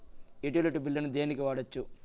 Utility బిల్లులను దేనికి వాడొచ్చు?